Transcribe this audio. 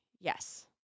Yes